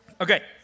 Okay